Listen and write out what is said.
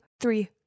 three